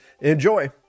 Enjoy